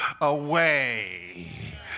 away